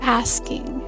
asking